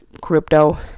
crypto